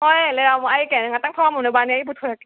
ꯑꯣꯏ ꯂꯩꯔꯝꯃꯣ ꯑꯩ ꯀꯩꯅꯣ ꯉꯍꯥꯛꯇꯪ ꯐꯝꯃꯝꯃꯣ ꯅꯣꯏꯕꯥꯅꯤ ꯑꯩ ꯄꯨꯊꯣꯔꯛꯀꯦ